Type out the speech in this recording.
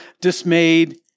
dismayed